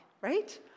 right